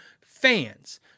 fans